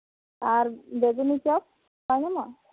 ᱟᱨ ᱜᱷᱩᱜᱽᱱᱤ ᱪᱚᱯ ᱵᱟᱝ ᱧᱟᱢᱚᱜᱼᱟ